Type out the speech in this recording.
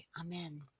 Amen